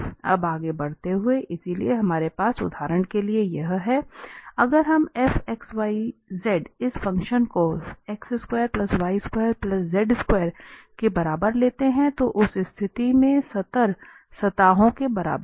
अब आगे बढ़ते हुए इसलिए हमारे पास उदाहरण के लिए यह है अगर हम fxyzइस फ़ंक्शन को के बराबर लेते हैं तो उस स्थिति में स्तर सतहों के बराबर है